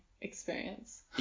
experience